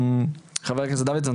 חבר הכנסת דוידסון,